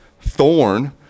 Thorn